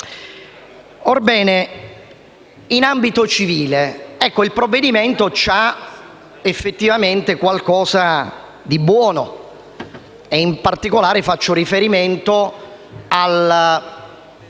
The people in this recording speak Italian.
Orbene, in ambito civile il provvedimento ha effettivamente qualcosa di buono. In particolare, faccio riferimento al